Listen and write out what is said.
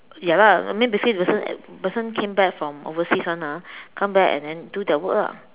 ya lah I meant the same person person come back from overseas [one] ah come back and then do their work lah